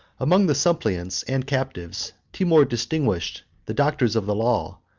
among the suppliants and captives, timour distinguished the doctors of the law,